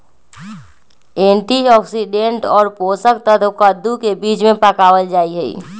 antioxidant और पोषक तत्व कद्दू के बीज में पावल जाहई